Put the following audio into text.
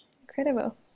incredible